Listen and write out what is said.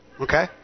Okay